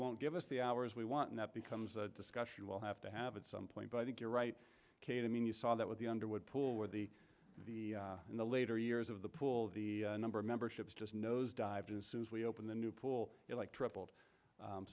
won't give us the hours we want and that becomes a discussion we'll have to have at some point but i think you're right kate i mean you saw that with the underwood pool where the the in the later years of the pool the number of memberships just nosedived assumes we open the new pool like tripled